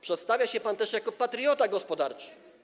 Przedstawia się pan też jako patriota gospodarczy.